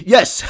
Yes